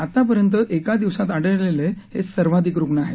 आतापर्यंत एका दिवसात आढळलेले हे सर्वाधिक रुग्ण आहेत